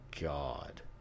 god